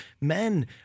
men